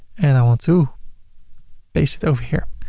and i want to paste it over here.